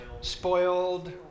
spoiled